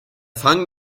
fang